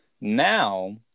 Now